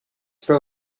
pro